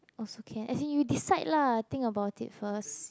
also can as in you decide lah think about it first